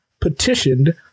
petitioned